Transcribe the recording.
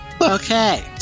Okay